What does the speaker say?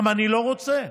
גם אני לא רוצה,